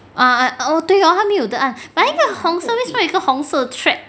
ah 对哦它没有得按 but then 那个红色为什么有一个红色的 thread